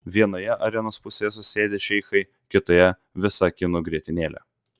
vienoje arenos pusėje susėdę šeichai kitoje visa kinų grietinėlė